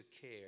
care